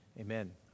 amen